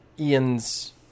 Ian's